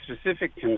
specific